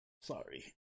Sorry